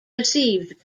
received